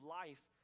life